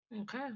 Okay